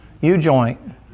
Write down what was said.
U-joint